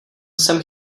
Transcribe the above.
jsem